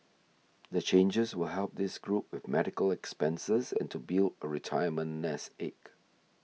the changes will help this group with medical expenses and to build a retirement nest egg